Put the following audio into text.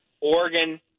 Oregon